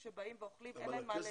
שבאים ואוכלים כי אין להם מה לאכול.